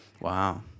Wow